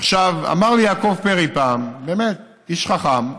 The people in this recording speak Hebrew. אמר לי יעקב פרי פעם, באמת איש חכם,